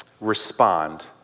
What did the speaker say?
respond